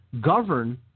govern